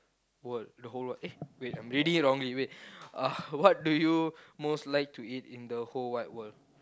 world the whole w~ eh wait I read it wrongly wait what do you most like to eat in the whole wide world